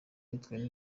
bitwaye